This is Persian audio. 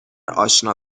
اشنا